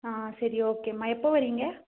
ஆ சரி ஓகே அம்மா எப்போ வரிங்க